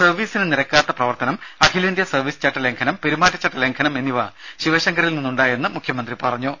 സർവീസിന് നിരക്കാത്ത പ്രവർത്തനം അഖിലേന്ത്യാ സർവീസ് ചട്ടലംഘനം പെരുമാറ്റചട്ട ലംഘനം എന്നിവ ശിവശങ്കറിൽ നിന്നുണ്ടായെന്ന് മുഖ്യമന്ത്രി പറഞ്ഞു